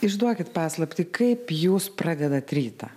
išduokit paslaptį kaip jūs pradedate rytą